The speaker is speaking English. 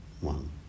one